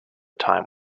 time